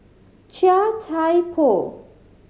Chia Thye Poh